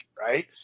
right